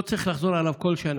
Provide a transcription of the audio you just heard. לא צריך לחזור עליו כל שנה.